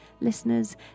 listeners